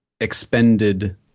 expended